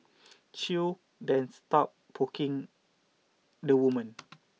Chew then stopped poking the woman